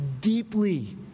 deeply